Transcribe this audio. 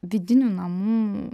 vidinių namų